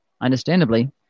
Understandably